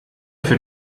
für